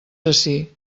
ací